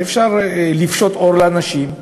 אי-אפשר לפשוט עור לאנשים,